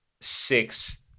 six